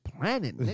planet